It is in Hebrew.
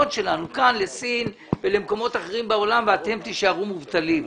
שלנו כאן לסין ולמקומות אחרים בעולם ואתם תישארו מובטלים.